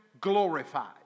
glorified